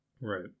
Right